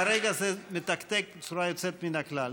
כרגע זה מתקתק בצורה יוצאת מן הכלל.